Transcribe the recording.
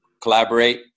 collaborate